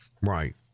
right